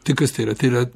tai kas tai yra tai yra